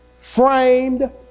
framed